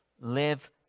live